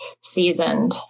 seasoned